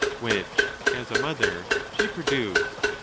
which, as a mother, she pro duced,